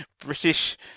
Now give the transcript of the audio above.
British